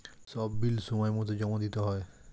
সব বিল সময়মতো জমা দিতে হয়